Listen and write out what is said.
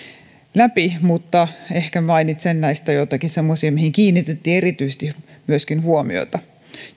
läpi mutta ehkä mainitsen näistä myöskin joitakin semmoisia mihin kiinnitettiin erityisesti huomiota